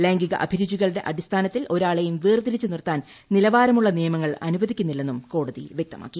ലൈംഗിക അഭിരുചികളുടെ അടിസ്ഥാനത്തിൽ ഒരാളെയും വേർതിരിച്ചുനിർത്താൻ നിലവിലുള്ള നിയമങ്ങൾ അനുവദിക്കുന്നില്ലെന്നും കോടതി വൃക്തമാക്കി